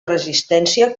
resistència